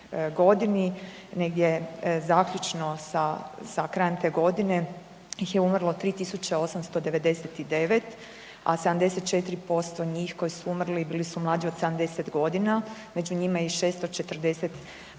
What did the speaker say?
2018.g. negdje zaključno sa, sa krajem te godine ih je umrlo 3899, a 74% njih koji su umrli bili su mlađi od 70.g., među njima je i 640